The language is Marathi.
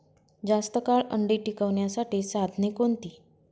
जास्त काळ अंडी टिकवण्यासाठी साधने कोणती?